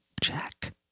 Jack